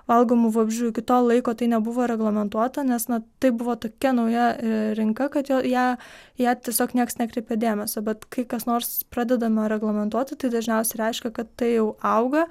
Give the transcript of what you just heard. valgomų vabzdžių iki to laiko tai nebuvo reglamentuota nes na tai buvo tokia nauja rinka kad į ją į ją tiesiog nieks nekreipė dėmesio bet kai kas nors pradedama reglamentuoti tai dažniausiai reiškia kad tai jau auga